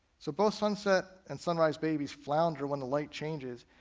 so both sunset and sunrise babies flounder when the light changes.